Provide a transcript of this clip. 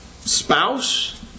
spouse